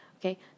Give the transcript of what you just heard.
Okay